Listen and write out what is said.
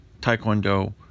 Taekwondo